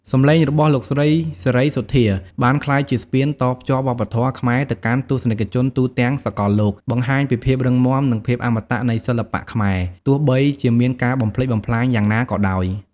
សំឡេងរបស់លោកស្រី សេរីសុទ្ធា បានក្លាយជា ស្ពានតភ្ជាប់វប្បធម៌ ខ្មែរទៅកាន់ទស្សនិកជនទូទាំងសកលលោក បង្ហាញពីភាពរឹងមាំ និងភាពអមតៈនៃសិល្បៈខ្មែរ ទោះបីជាមានការបំផ្លិចបំផ្លាញយ៉ាងណាក៏ដោយ។